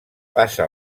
passa